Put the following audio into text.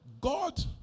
God